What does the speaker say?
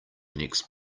next